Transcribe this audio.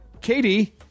Katie